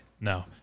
No